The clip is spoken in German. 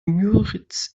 müritz